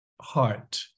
heart